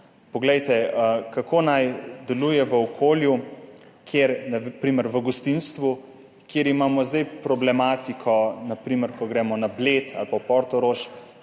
jezika. Kako naj deluje v okolju, na primer v gostinstvu, kjer imamo zdaj problematiko, na primer ko gremo na Bled ali pa v Portorož,